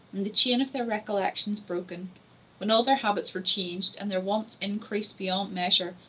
and the chain of their recollections broken when all their habits were changed, and their wants increased beyond measure,